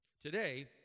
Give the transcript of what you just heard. Today